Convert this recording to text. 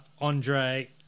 Andre